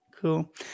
Cool